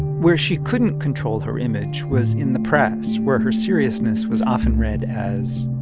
where she couldn't control her image was in the press, where her seriousness was often read as.